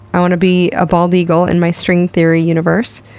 i want to be a bald eagle in my string-theory universe.